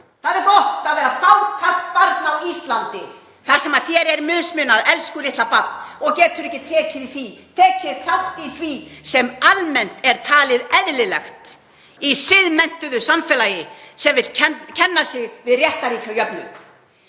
Það er gott að vera fátækt barn á Íslandi þar sem þér er mismunað, elsku litla barn, og getur ekki tekið þátt í því sem almennt er talið eðlilegt í siðmenntuðu samfélagi sem vill kenna sig við réttarríki og jöfnuð.